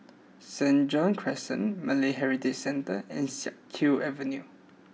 St John's Crescent Malay Heritage Centre and Siak Kew Avenue